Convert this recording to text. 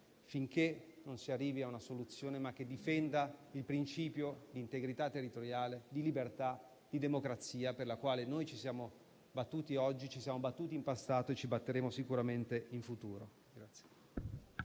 finché non si arrivi a una soluzione che difenda il principio di integrità territoriale, di libertà, di democrazia per la quale noi ci siamo battuti oggi, ci siamo battuti in passato e ci batteremo sicuramente in futuro.